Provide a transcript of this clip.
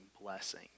blessing